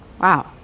Wow